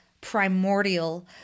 primordial